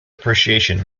appreciation